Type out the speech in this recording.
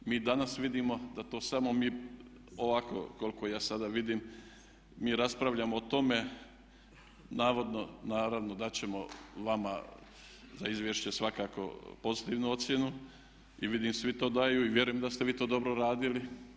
Mi i danas vidimo da to samo mi ovako koliko ja sada vidim, mi raspravljamo o tome, naravno da ćemo vama za izvješće svakako pozitivnu ocjenu i vidim svi to daju i vjerujem da ste vi to dobro uredili.